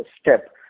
step